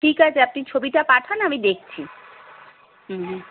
ঠিক আছে আপনি ছবিটা পাঠান আমি দেখছি হুম হুম